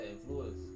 influence